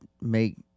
make